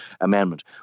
amendment